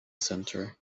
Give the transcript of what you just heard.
center